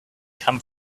come